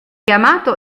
chiamato